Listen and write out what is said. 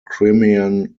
crimean